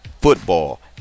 Football